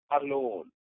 alone